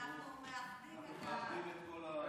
אנחנו מאחדים את כל,